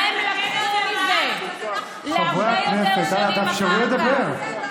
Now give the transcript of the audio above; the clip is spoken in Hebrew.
מה הם לקחו מזה, חברי הכנסת, אנא, תאפשרו לדבר.